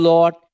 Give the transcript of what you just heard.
Lord